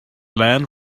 land